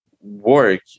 Work